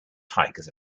tigers